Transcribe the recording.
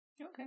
Okay